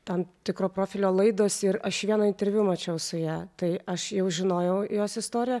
tam tikro profilio laidos ir aš vieną interviu mačiau su ja tai aš jau žinojau jos istoriją